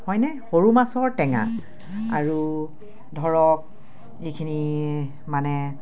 হয়নে সৰু মাছৰ টেঙা আৰু ধৰক এইখিনি মানে